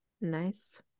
Nice